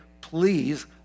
please